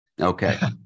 Okay